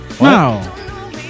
Wow